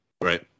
Right